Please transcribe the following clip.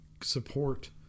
support